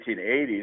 1980s